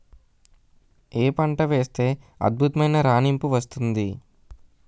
ఏ పంట వేస్తే అద్భుతమైన రాణింపు వస్తుంది?